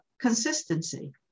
consistency